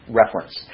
reference